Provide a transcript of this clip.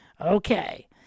Okay